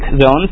zones